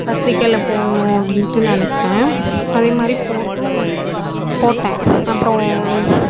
பத்திரிக்கையில் போடணும் அப்டின்ட்டு நினைச்சேன் அதே மாதிரி போட்டும் போட்டேன் அப்புறம்